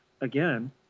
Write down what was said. again